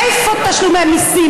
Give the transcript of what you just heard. איפה תשלומי מיסים,